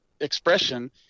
expression